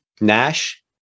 Nash